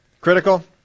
Critical